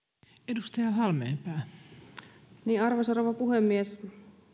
arvoisa rouva puhemies